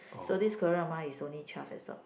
so this Korea drama is only twelve episodes